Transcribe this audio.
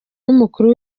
n’umukuru